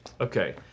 Okay